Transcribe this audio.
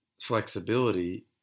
flexibility